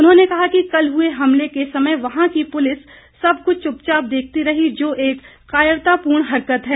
उन्होंने कहा कि कल हुए हमले के समय वहां की पुलिस सब कुछ चुपचाप देखती रही जो एक कायरतापूर्ण हरकत है